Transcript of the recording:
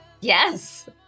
Yes